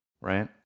right